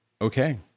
okay